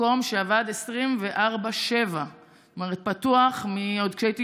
מקום שעבד 24/7. הוא היה פתוח עוד כשהייתי